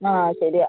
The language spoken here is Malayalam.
ആ ശരിയാണ്